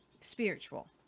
Spiritual